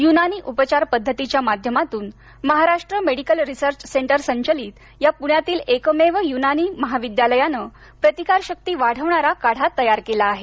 उनानी उपचार पद्धतीच्या माध्यमातून महाराष्ट्र मादिकॅल रिसर्च सेंटर संचालित या पुण्यातील एकमेव युनानी महाविद्यालयाने प्रतिकारशक्ती वाढवणारा काढा तयार केला आहे